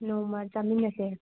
ꯅꯣꯡꯃ ꯆꯥꯃꯤꯟꯅꯁꯦ